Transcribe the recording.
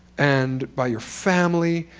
and by your family.